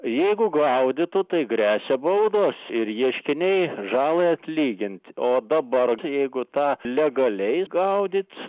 jeigu gaudytų tai gresia baudos ir ieškiniai žalai atlygint o dabar jeigu tą legaliai gaudyt